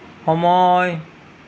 সময়